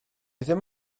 ddim